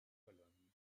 cologne